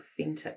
authentic